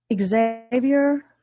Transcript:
Xavier